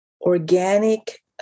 organic